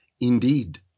Indeed